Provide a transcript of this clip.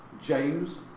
James